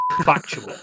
factual